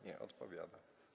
Nie, odpowiada.